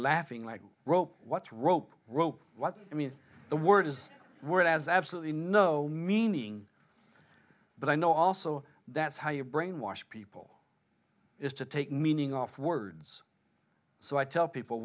laughing like a rope what's rope rope what i mean the word is where it has absolutely no meaning but i know also that's how you brainwash people is to take meaning off words so i tell people